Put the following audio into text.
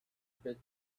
pit